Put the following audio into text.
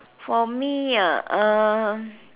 for me ah uh